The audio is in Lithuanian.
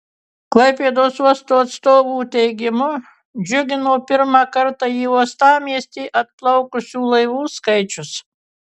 klaipėdos uosto atstovų teigimu džiugino pirmą kartą į uostamiestį atplaukusių laivų skaičius